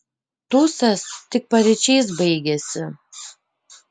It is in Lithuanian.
tūsas tik paryčiais baigėsi